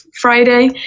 Friday